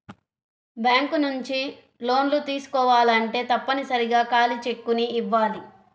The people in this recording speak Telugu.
బ్యేంకు నుంచి లోన్లు తీసుకోవాలంటే తప్పనిసరిగా ఖాళీ చెక్కుని ఇయ్యాలి